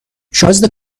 شازده